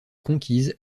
conquises